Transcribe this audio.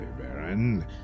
Baron